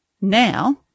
Now